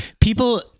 people